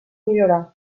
millorar